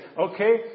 Okay